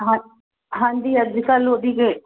ਹਾਂ ਹਾਂਜੀ ਅੱਜ ਕੱਲ੍ਹ ਉਹਦੀ ਕਿ